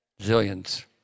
Zillions